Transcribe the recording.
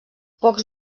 pocs